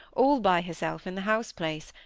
all by herself in the house-place,